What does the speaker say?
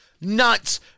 nuts